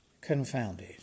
confounded